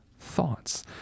Thoughts